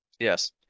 Yes